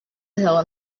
hill